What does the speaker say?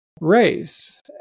race